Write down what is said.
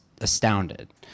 astounded